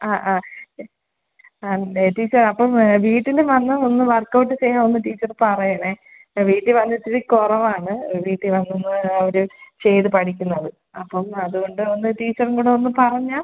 ആ ആ ആ തെ ടീച്ചർ അപ്പം വീട്ടില് വന്ന് ഒന്ന് വർക്ക്ഔട്ട് ചെയ്യാം ഒന്ന് ടീച്ചറ് പറയണെ വീട്ടിൽ വന്ന് ഇത്തിരി കുറവാണ് വീട്ടിൽ വന്നൊന്ന് ആ ഒര് ചെയ്ത് പഠിക്കുന്നത് അപ്പം അതുകൊണ്ട് ഒന്ന് ടീച്ചറും കൂടെ ഒന്ന് പറഞ്ഞാൽ